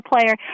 player